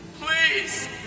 Please